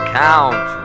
count